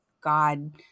God